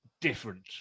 different